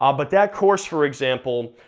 um but that course for example,